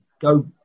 go